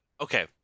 Okay